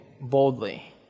boldly